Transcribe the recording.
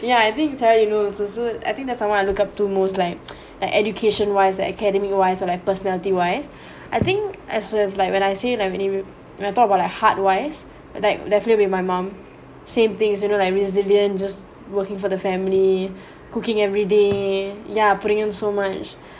ya I didn't tell you know it's also I think there's someone I looked up to most like like education wise like academic wise or like personality wise I think as of like when I say like you know when I talk about I heartwise like definitely will be my mum same things you know like resilient just working for the family cooking every day yeah putting in so much